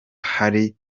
hari